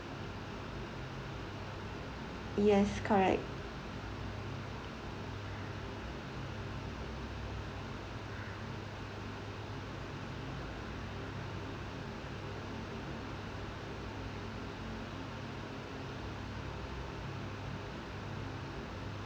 yes correct